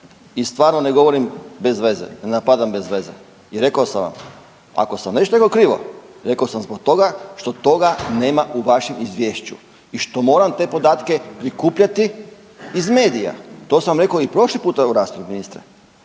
i stvarno ne govorim bez veze i ne napadam bez veze i rekao sam vam ako sam nešto rekao krivo rekao sam zbog toga što toga nema u vašem izvješću i što moram te podatke prikupljati iz medija, to sam rekao i prošli puta u raspravi ministre.